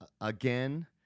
again